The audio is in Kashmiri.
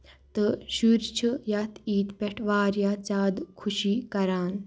تہٕ شُرۍ چھِ یَتھ عیٖد پٮ۪ٹھ واریاہ زیادٕ خوشی کَران